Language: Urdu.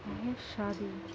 جیسے شادی